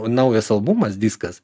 naujas albumas diskas